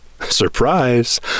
Surprise